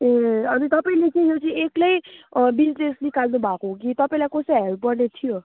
ए अनि तपाईँले चाहिँ यो चाहिँ एक्लै बिजनेस निकाल्नुभएको हो कि तपाईँलाई कसैले हेल्प गर्ने थियो